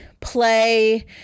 play